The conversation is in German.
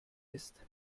ist